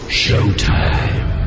showtime